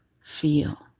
Feel